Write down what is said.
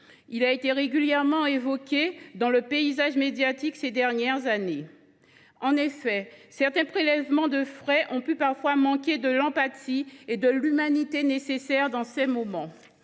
a été régulièrement évoqué dans les médias ces dernières années. En effet, certains prélèvements de frais ont pu parfois manquer de cette empathie et de cette humanité tant nécessaires dans ces moments.